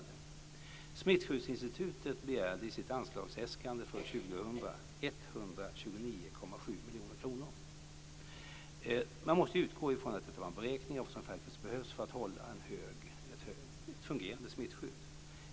I sitt anslagsäskande för 2000 begärde Smittskyddsinstitutet 129,7 miljoner kronor. Man måste utgå från att det var en beräkning av vad som faktiskt behövs för att hålla ett fungerande smittskydd.